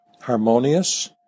harmonious